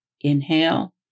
Inhale